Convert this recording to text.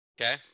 Okay